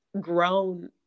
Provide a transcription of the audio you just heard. grown